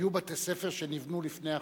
היו בתי-ספר שנבנו לפני החוק.